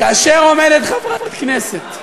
כאשר עומדת חברת כנסת,